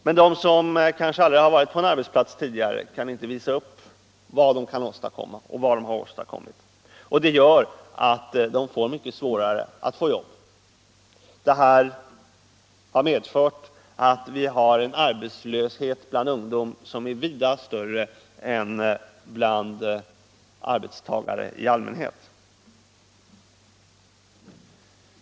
Men de som kanske inte varit på en arbetsplats tidigare kan inte visa upp vad de har åstadkommit och vad de kan åstadkomma, och det gör att de har mycket svårare att få jobb. Detta har lagt grunden till en arbetslöshet bland ungdom som är vida större än bland arbetstagare i allmänhet.